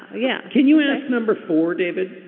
yeah. can you ask number four, david?